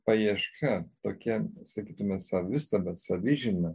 paieška tokia sakytume savistaba savižina